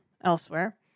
elsewhere